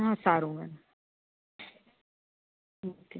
હં સારું ma'am okay